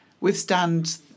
withstand